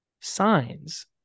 Signs